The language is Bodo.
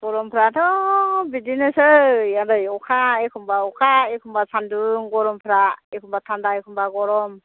गरमफोराथ' बिदिनोसै आदै एखनबा अखा एखनबा सान्दुं गरमफोरा एखनबा थानदा एखनबा गरम